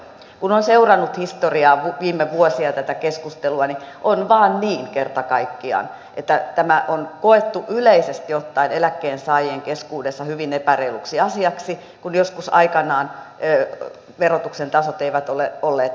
kun on seurannut historiaa viime vuosina ja tätä keskustelua niin on vain kerta kaikkiaan niin että tämä on koettu yleisesti ottaen eläkkeensaajien keskuudessa hyvin epäreiluksi asiaksi kun joskus aikanaan verotuksen tasot eivät ole olleet yhteneväisiä